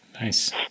Nice